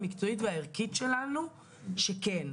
המקצועית והערכית שלנו היא כן,